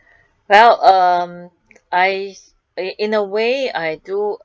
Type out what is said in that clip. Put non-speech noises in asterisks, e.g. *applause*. *breath* well um I in a way I do